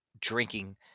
drinking